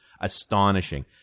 astonishing